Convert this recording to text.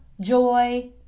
joy